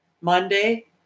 Monday